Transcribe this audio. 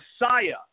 Messiah